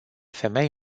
femei